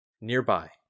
Nearby